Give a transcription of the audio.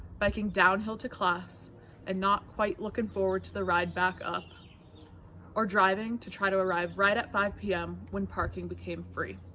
biking downhill to class and not quite looking forward to the ride back up or driving to try to arrive right at five zero p m. when parking became free,